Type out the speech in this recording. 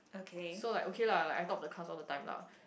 so like okay lah I thought the class was on the time lah